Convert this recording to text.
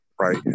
right